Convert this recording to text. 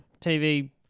TV